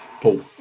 Paul